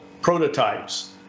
prototypes